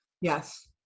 Yes